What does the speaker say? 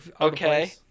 okay